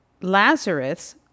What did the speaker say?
Lazarus